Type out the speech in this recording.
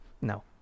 no